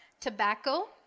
Tobacco